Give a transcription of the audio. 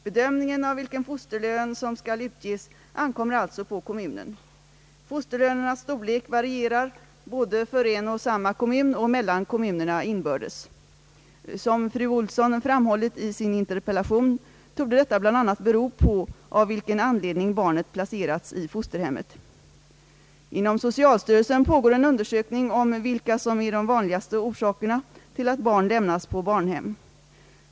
Bedömningen av vilken fosterlön som skall utges ankommer alltså på kommunen. Fosterlönernas storlek varierar både för en och samma kommun och mellan kommunerna inbördes. Som fru Ohlsson framhållit i sin interpellation torde detta bl.a. bero på av vilken anledning barnet placerats i fosterhemmet. Inom socialstyrelsen pågår en undersökning om vilka som är de vanligaste orsakerna till att barn lämnas på barnhem.